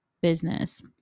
business